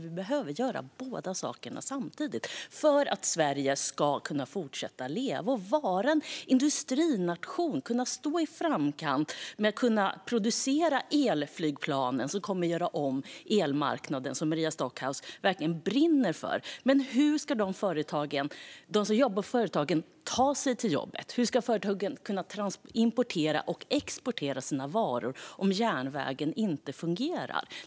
Vi behöver göra både och för att Sverige ska kunna fortsätta leva och vara en industrination i framkant som kan producera bland annat de elflygplan som Maria Stockhaus brinner för. Men hur ska de som jobbar på företagen ta sig till jobbet och hur ska företagen kunna importera och exportera sina varor om järnvägen inte fungerar?